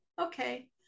Okay